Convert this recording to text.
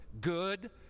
Good